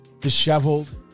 disheveled